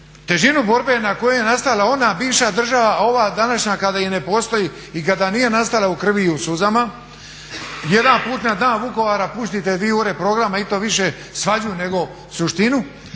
težinu borbe na kojoj je nastala ona bivša država, a ova današnja kao da i ne postoji i kao da nije nastala u krvi i u suzama. Jedan put na dan Vukovara pustite dvi ure programa i to više svađu nego suštinu.